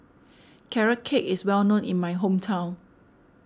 Carrot Cake is well known in my hometown